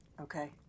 Okay